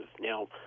Now